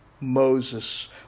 Moses